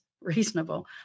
reasonable